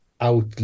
out